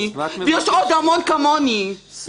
ויש עוד המון כמוני -- אז מה את מבקשת?